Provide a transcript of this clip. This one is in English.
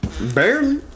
Barely